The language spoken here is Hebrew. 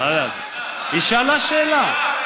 לא, היא שאלה שאלה.